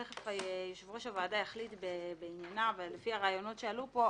תכף יושב ראש הוועדה יחליט בעניינה אבל על פי הרעיונות שעלו כאן,